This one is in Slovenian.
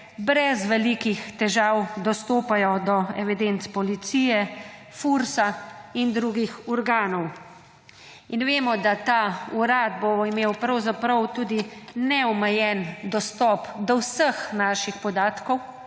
brez velikih težav, dostopajo do evidenc Policije, Fursa in drugih organov. In vemo, da ta urad bo imel pravzaprav tudi neomejen dostop do vseh naših podatkov,